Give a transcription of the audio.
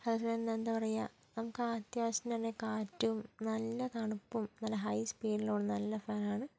അതേസമയം എന്താ പറയുക നമുക്ക് അത്യാവശ്യം നല്ല കാറ്റും നല്ല തണുപ്പും നല്ല ഹൈ സ്പീഡിൽ ഓടുന്ന നല്ല ഫാനാണ്